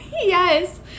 Yes